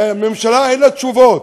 והממשלה, אין לה תשובות,